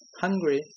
hungry